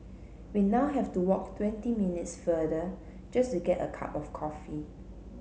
we now have to walk twenty minutes further just to get a cup of coffee